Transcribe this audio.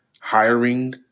hiring